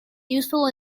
useful